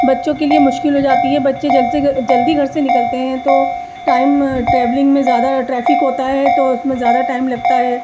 بچوں کے لیے مشکل ہو جاتی ہے بچے جلد سے جلدی گھر سے نکلتے ہیں تو ٹائم ٹریولنگ میں زیادہ ٹریفک ہوتا ہے تو اس میں زیادہ ٹائم لگتا ہے